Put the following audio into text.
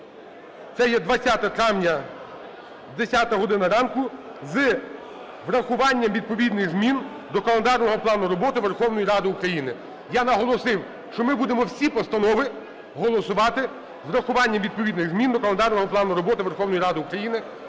Це є 20 травня 10 година ранку, з врахуванням відповідних змін до календарного плану роботи Верховної Ради України. Я наголосив, що ми будемо всі постанови голосувати з врахуванням відповідних змін до календарного плану роботи Верховної Ради України.